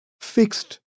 fixed